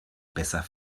besser